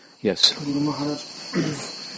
Yes